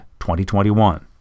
2021